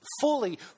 fully